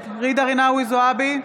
נגד ג'ידא רינאוי זועבי,